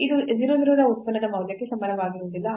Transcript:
ಇದು 0 0 ರ ಉತ್ಪನ್ನದ ಮೌಲ್ಯಕ್ಕೆ ಸಮನಾಗಿರುವುದಿಲ್ಲ